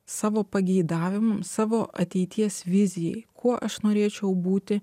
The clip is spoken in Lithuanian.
savo pageidavimam savo ateities vizijai kuo aš norėčiau būti